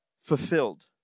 fulfilled